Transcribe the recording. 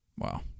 Wow